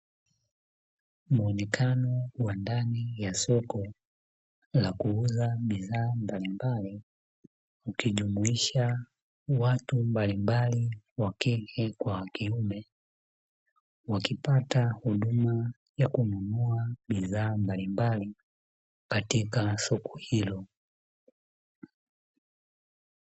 Muonekano wa ndani ya soko la kuuza bidhaa mbalimbali ikijumuisha watu mbalimbali wakike kwa wakiume, wakipata huduma ya kununua bidhaa mbalimbali katika soko hilo.